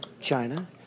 China